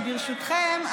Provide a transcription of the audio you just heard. ברשותכם,